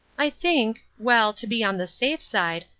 i think well, to be on the safe side,